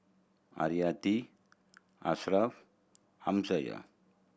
Haryati Ashraf Amsyar